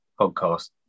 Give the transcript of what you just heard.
podcast